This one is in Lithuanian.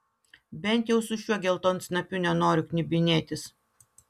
bent jau su šiuo geltonsnapiu nenoriu knibinėtis